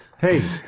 Hey